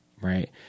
right